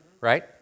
Right